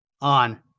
on